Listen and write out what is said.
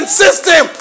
system